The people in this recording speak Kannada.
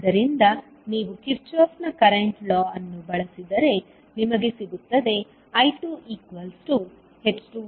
ಆದ್ದರಿಂದ ನೀವು ಕಿರ್ಚಾಫ್ನ ಕರೆಂಟ್ ಲಾ ಅನ್ನು ಬಳಸಿದರೆ ನಿಮಗೆ ಸಿಗುತ್ತದೆ I2h21I1h22V2